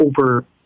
over